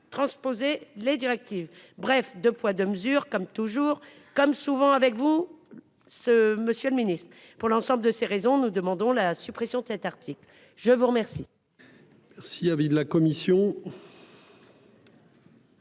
transposer les directives bref 2 poids 2 mesures, comme toujours. Comme souvent avec vous. Ce monsieur le Ministre, pour l'ensemble de ces raisons, nous demandons la suppression de cet article, je vous remercie.--